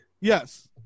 yes